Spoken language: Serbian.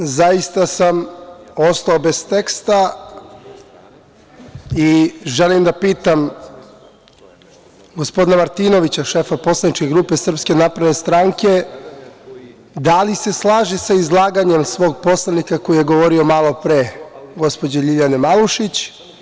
Zaista sam ostao bez teksta i želim da pitam gospodina Martinovića, šefa poslaničke grupe SNS, da li se slaže sa izlaganjem svog poslanika koji je govorio malopre, gospođe LJiljane Malušić?